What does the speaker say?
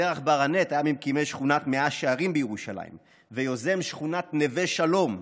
זרח ברנט היה ממקימי שכונת מאה שערים בירושלים ויוזם שכונת נווה שלום,